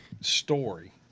Story